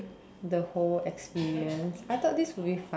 the whole experience I thought this would be fun